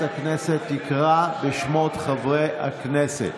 הכנסת תקרא בשמות חברי הכנסת.